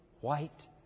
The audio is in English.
white